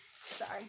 Sorry